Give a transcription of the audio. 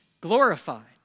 glorified